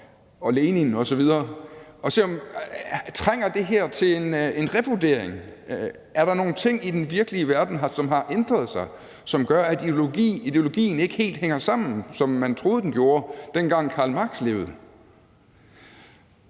om det her trænger til en revurdering. Er der nogle ting i den virkelige verden, som har ændret sig, og som gør, at ideologien ikke helt hænger sammen, som man troede den gjorde, dengang Karl Marx levede?